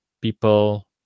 people